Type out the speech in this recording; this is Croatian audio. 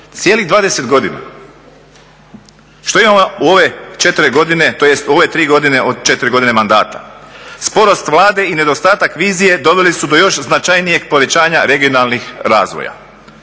četiri godine, tj. u ove tri godine od četiri godine mandata? Sporost Vlade i nedostatak vizije doveli su do još značajnijeg povećanja regionalnih razvoja.